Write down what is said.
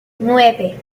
nueve